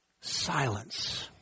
silence